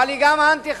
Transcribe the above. אבל היא גם אנטי-חברתית.